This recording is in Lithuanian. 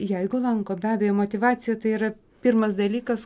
jeigu lanko be abejo motyvacija tai yra pirmas dalykas